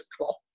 o'clock